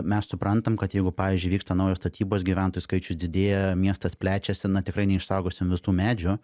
mes suprantam kad jeigu pavyzdžiui vyksta naujos statybos gyventojų skaičius didėja miestas plečiasi na tikrai neišsaugosim visų medžių